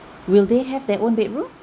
will they have their own bedroom